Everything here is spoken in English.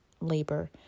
labor